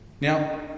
Now